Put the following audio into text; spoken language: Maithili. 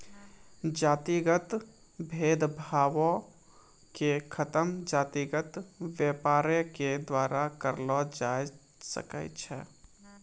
जातिगत भेद भावो के खतम जातिगत व्यापारे के द्वारा करलो जाय सकै छै